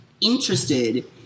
interested